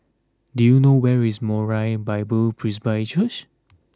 do you know where is Moriah Bible Presby Church